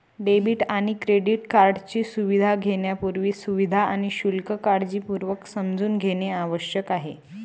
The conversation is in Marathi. डेबिट आणि क्रेडिट कार्डची सुविधा घेण्यापूर्वी, सुविधा आणि शुल्क काळजीपूर्वक समजून घेणे आवश्यक आहे